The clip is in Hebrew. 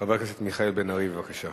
חבר הכנסת מיכאל בן-ארי, בבקשה.